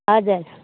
हजुर